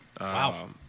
Wow